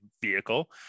vehicle